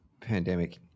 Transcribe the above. pandemic